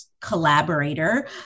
collaborator